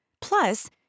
Plus